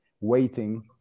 waiting